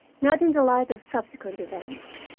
not in the light of subsequent events.